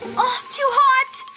too hot!